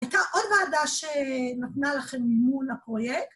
‫הייתה עוד ועדה שנתנה לכם ‫מימון לפרויקט.